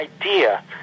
idea